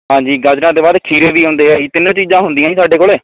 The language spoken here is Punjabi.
ਹਾਂਜੀ ਗਾਜਰਾਂ ਤੋਂ ਬਾਅਦ ਖੀਰੇ ਵੀ ਹੁੰਦੇ ਹੈ ਜੀ ਤਿੰਨੋਂ ਚੀਜ਼ਾਂ ਹੁੰਦੀਆਂ ਜੀ ਸਾਡੇ ਕੋਲ